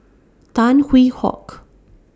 Tan Hwee Hock